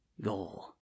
goal